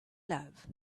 love